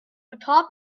atop